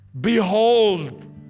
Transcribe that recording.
behold